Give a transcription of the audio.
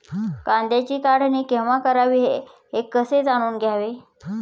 कांद्याची काढणी केव्हा करावी हे कसे जाणून घ्यावे?